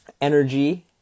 energy